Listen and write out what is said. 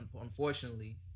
unfortunately